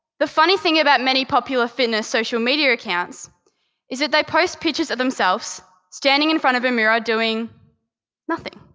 the funny thing about many popular fitness social media accounts is that they post pictures of themselves standing in front of a mirror doing nothing.